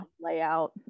layout